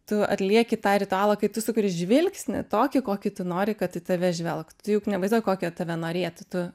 tu atlieki tą ritualą kai tu sukuri žvilgsnį tokį kokį tu nori kad į tave žvelgtų tu juk nevaizduo kokio tave norėtų tu